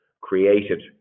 created